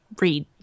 read